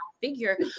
figure